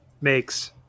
makes